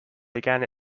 began